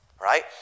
right